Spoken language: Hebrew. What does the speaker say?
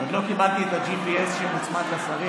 למה אתה עונה במקום שקד?